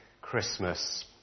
Christmas